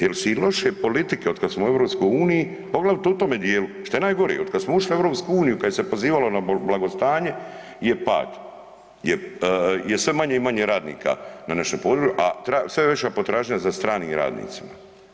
Jel se i loše politike od kad smo u EU, poglavito u tome dijelu, što je najgore od kada smo ušli u EU kad se je pozivalo na blagostanje je pad, je sve manje i manje radnika na našem području, a sve veća potražnja za stranim radnicima.